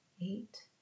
eight